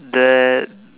there